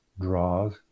draws